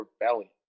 rebellion